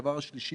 שלישית,